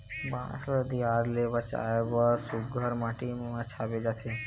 बांस ल दियार ले बचाए बर सुग्घर माटी म छाबे जाथे